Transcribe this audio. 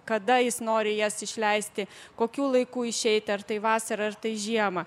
kada jis nori jas išleisti kokiu laiku išeiti ar tai vasarą ar tai žiemą